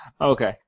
Okay